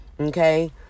okay